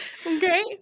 Okay